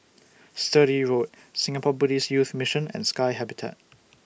Sturdee Road Singapore Buddhist Youth Mission and Sky Habitat